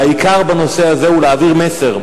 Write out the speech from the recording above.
והעיקר בנושא הזה הוא להעביר מסר,